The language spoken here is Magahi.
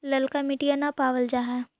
ललका मिटीया न पाबल जा है?